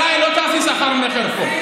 עליי לא תעשי סחר מכר פה.